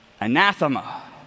Anathema